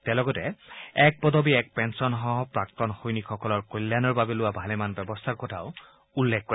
তেওঁ লগতে এক পদবী এক পেঞ্চনসহ প্ৰাক্তন সৈনিকসকলৰ কল্যাণৰ বাবে লোৱা ভালেমান ব্যৱস্থাৰ কথাও উল্লেখ কৰে